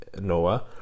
Noah